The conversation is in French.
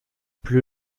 plus